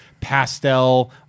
pastel